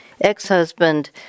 ex-husband